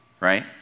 right